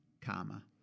Karma